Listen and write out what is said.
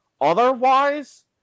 Otherwise